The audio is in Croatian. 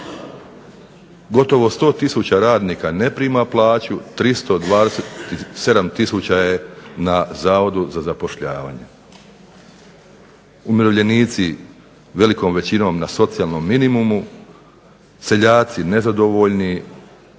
gotovo 100 tisuća radnika ne prima plaću, 327 tisuća je na Zavodu za zapošljavanje. Umirovljenici velikom većinom na socijalnom minimumu, seljaci nezadovoljni,